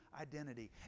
identity